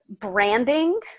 branding